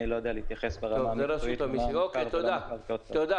אני לא יודע להתייחס ברמה המקצועית מה מוכר ומה לא מוכר --- תודה.